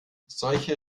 solche